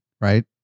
right